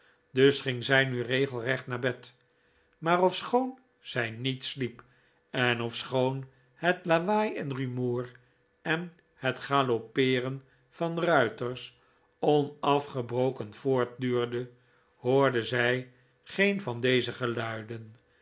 dus ging zij nu regelrecht naar bed maar ofschoon zij niet sliep en ofschoon het lawaai en rumoer en het galoppeeren van ruiters onafgebroken voortduurde hoorde zij geen van deze geluiden